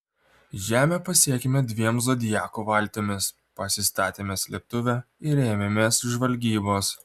žemę pasiekėme dviem zodiako valtimis pasistatėme slėptuvę ir ėmėmės žvalgybos